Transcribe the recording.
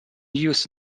used